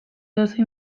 edozein